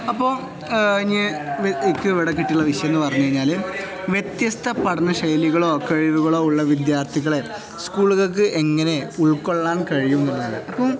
അപ്പോള് എനിക്ക് ഇവിടെ കിട്ടിയിട്ടുള്ള വിഷയമെന്ന് പറഞ്ഞുകഴിഞ്ഞാല് വ്യത്യസ്ത പഠനശൈലികളോ കഴിവുകളോ ഉള്ള വിദ്യാർത്ഥികളെ സ്കൂളുകൾക്ക് എങ്ങനെ ഉൾക്കൊള്ളാൻ കഴിയുമെന്നതാണ് അപ്പം